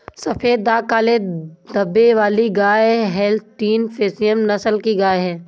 सफेद दाग काले धब्बे वाली गाय होल्सटीन फ्रिसियन नस्ल की गाय हैं